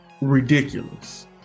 ridiculous